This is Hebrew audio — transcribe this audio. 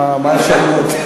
מה האפשרויות?